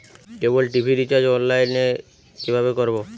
কেবল TV recharge online এ কিভাবে করব?